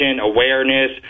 awareness